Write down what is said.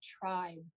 tribe